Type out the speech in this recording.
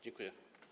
Dziękuję.